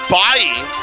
buying